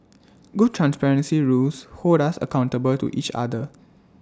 good transparency rules hold us accountable to each other